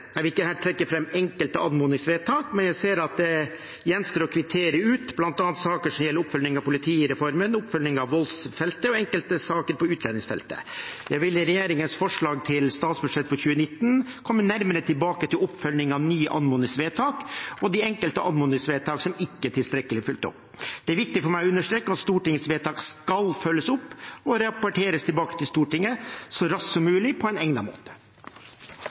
Jeg vil ikke her trekke fram enkelte anmodningsvedtak, men jeg ser at det gjenstår å kvittere ut bl.a. saker som gjelder oppfølging av politireformen, oppfølging av voldsfeltet og enkelte saker på utlendingsfeltet. Jeg vil i regjeringens forslag til statsbudsjett for 2019 komme nærmere tilbake til oppfølgingen av nye anmodningsvedtak og de enkelte anmodningsvedtakene som ikke er tilstrekkelig fulgt opp. Det er viktig for meg å understreke av Stortingets vedtak skal følges opp og rapporteres tilbake til Stortinget så raskt som mulig på en egnet måte.